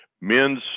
men's